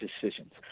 decisions